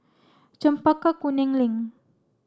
Chempaka Kuning Link